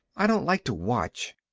i don't like to watch.